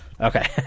Okay